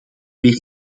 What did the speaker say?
weer